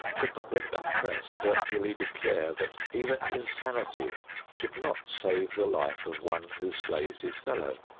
the public and press virtually declare that even insanity should not save the life of one who slays his fellow.